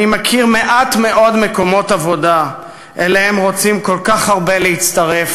אני מכיר מעט מאוד מקומות עבודה שכל כך הרבה רוצים להצטרף